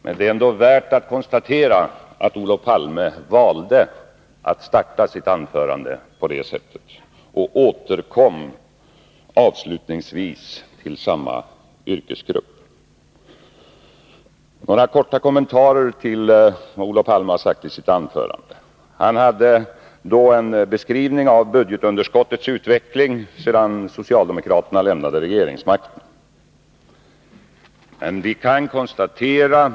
Men det är ändå värt att konstatera att Olof Palme valde att starta sitt anförande på detta sätt. Han återkom avslutningsvis till samma yrkesgrupp. Jag vill göra några korta kommentarer till Olof Palmes anförande. Han beskrev budgetunderskottets utveckling sedan socialdemokraterna lämnade regeringsmakten.